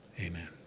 Amen